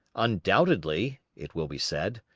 undoubtedly, it will be said,